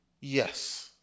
Yes